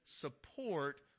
support